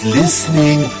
listening